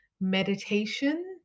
meditation